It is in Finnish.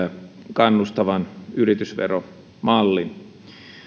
kannustavan yritysveromallin